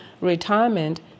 retirement